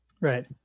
Right